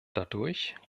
dadurch